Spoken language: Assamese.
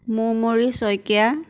মৌমৰী শইকীয়া